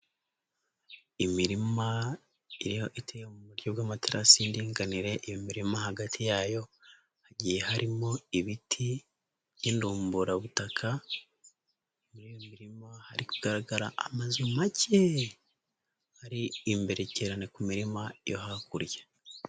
Imirima iteye mu buryo bw'amaterasi y'indinganire imirima hagati yayo hagiye harimo ibiti by'indumburabutaka; muri iyo mirima hari kugaragara amazu make ari imbere cyane ku mirima yo hakurya.